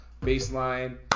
baseline